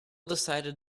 decided